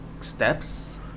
steps